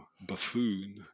buffoon